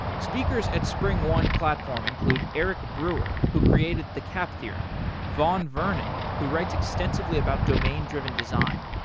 speakers at springone platform include eric brewer, who created the cap theorem vaughn vernon, who writes extensively about domain-driven design,